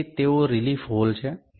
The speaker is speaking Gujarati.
તેથી તેઓ રીલીફ હોલ છે